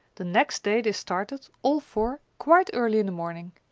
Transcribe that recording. the next day they started, all four, quite early in the morning.